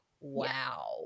wow